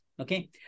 okay